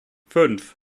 fünf